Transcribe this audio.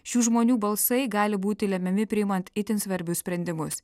šių žmonių balsai gali būti lemiami priimant itin svarbius sprendimus